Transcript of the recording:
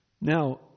Now